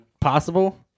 Possible